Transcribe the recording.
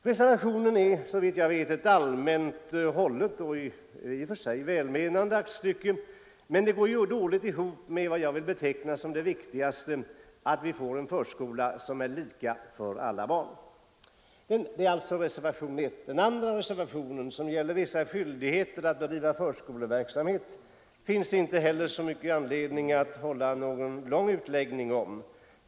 Reservationen I är ett allmänt hållet och i och för sig välmenande aktstycke, men förslaget går dåligt ihop med vad jag vill beteckna som det viktigaste, nämligen en förskola som är lika för alla barn. Beträffande den andra reservationen, som gäller vissa skyldigheter att bedriva förskoleverksamhet, finns det inte heller anledning att hålla någon lång utläggning.